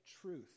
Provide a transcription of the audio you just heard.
truth